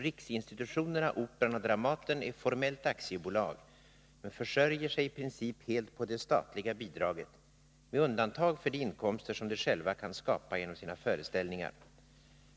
Riksinstitutionerna Operan och Dramaten är formellt aktiebolag men försörjer sig i princip helt på det statliga bidraget — med undantag för de inkomster som de själva kan skapa genom sina föreställningar.